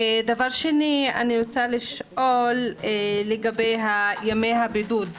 דבר שני אני רוצה לשאול לגבי ימי הבידוד.